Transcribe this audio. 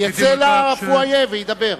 יצא ל"פואיה" וידבר.